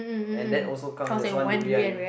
and that also counts as one durian